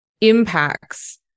impacts